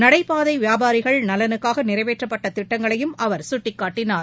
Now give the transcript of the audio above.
நடைபாதைவியாபாரிகள் நலனுக்காகநிறைவேற்றப்பட்டதிட்டங்களையும் அவர் சுட்டிக்காட்டினார்